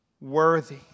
worthy